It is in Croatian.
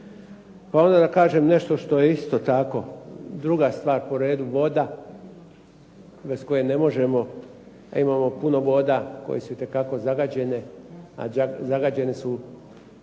Pa onda da kažem nešto što je isto tako druga stvar po redu voda bez koje ne možemo. A imamo puno voda koje itekako zagađene, a zagađene su